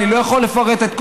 בניגוד למה שאמרת,